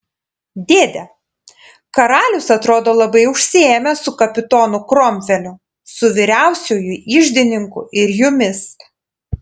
dėde karalius atrodo labai užsiėmęs su kapitonu kromveliu su vyriausiuoju iždininku ir jumis